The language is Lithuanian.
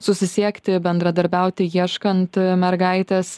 susisiekti bendradarbiauti ieškant mergaitės